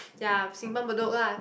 ya Simpang-Bedok lah